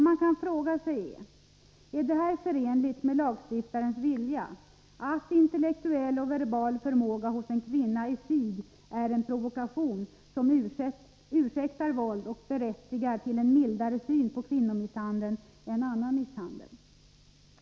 Man kan fråga sig: Är det förenligt med lagstiftarens vilja att intellektuell och verbal förmåga hos en kvinna i sig kan betraktas som en provokation, som ursäktar våld och berättigar till en mildare syn på kvinnomisshandel än på annan misshandel?